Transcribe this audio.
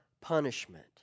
punishment